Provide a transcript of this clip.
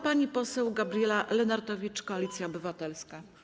Pani poseł Gabriela Lenartowicz, Koalicja Obywatelska.